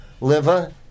liver